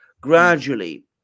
gradually